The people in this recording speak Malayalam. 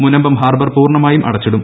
മുനമ്പം ഹാർബർ പൂർണമായി അടച്ചിടും